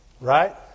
Right